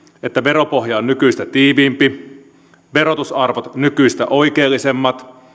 että veropohja on nykyistä tiiviimpi verotusarvot nykyistä oikeellisemmat